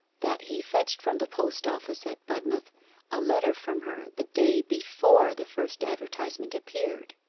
that he fetched from the post-office at budmouth a letter from her the day before the first advertisement appeared